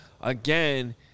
again